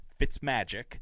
Fitzmagic